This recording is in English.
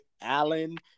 Allen